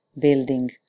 building